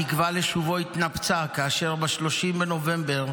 התקווה לשובו התנפצה כאשר ב-30 בנובמבר